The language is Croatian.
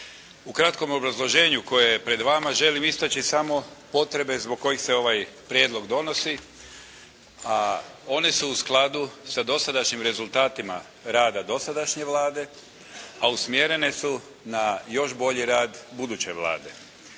U kratkom obrazloženju koje je pred vama želim istaći samo potrebe zbog kojih se ovaj Prijedlog donosi, a oni su u skladu sa dosadašnjim rezultatima rada dosadašnje Vlade, a usmjerene su na još bolji rad buduće Vlade.